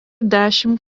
dešimt